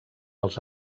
els